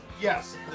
Yes